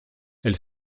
elle